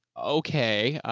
okay,